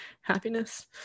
happiness